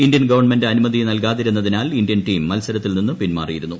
Indian government അനുമതി നൽകാതിരുന്നതിനാൽ Indian team മത്സരത്തിൽ നിന്നും പിൻമാറിയിരുന്നു